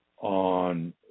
on